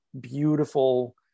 beautiful